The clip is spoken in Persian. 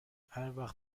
هروقت